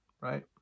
right